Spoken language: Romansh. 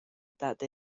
dat